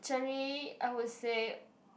actually I would say